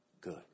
good